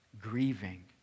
grieving